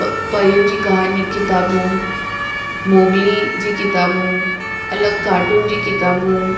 प परियुनि जी कहाणी किताबु मोगली जी किताबु अलॻि कारटुनि जी किताबु